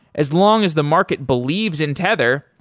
as long as the market believes in tether,